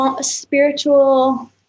spiritual